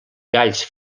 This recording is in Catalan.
galls